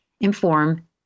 inform